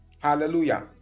hallelujah